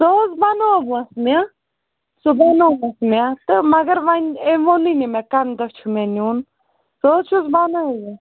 سُہ حظ بنوٚو وٕ مےٚ سُہ بنو وُس مےٚ تہٕ مگر امۍ ووٚنُے نہٕ مےٚ کمہ دۄہ چھُ مےٚ نیُن سُہ حظ چھُس بنٲیِتھ